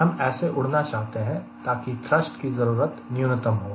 हम ऐसे उड़ना चाहते हैं ताकि थ्रष्ट की जरूरत न्यूनतम हो